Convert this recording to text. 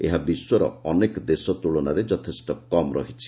ଏହା ବିଶ୍ୱର ଅନେକ ଦେଶ ତୁଳନାରେ ଯଥେଷ୍ଟ କମ୍ ରହିଛି